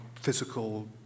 physical